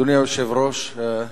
אדוני היושב-ראש,